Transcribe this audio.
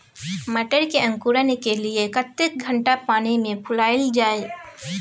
मटर के अंकुरण के लिए कतेक घंटा पानी मे फुलाईल जाय?